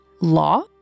Law